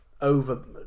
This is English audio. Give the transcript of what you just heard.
Over